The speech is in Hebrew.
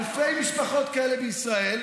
יש אלפי משפחות כאלה בישראל,